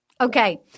Okay